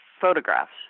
photographs